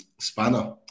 spanner